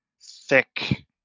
thick